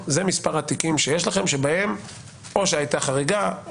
מספר התיקים שיש לכם שבהם הייתה חריגה,